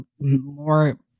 more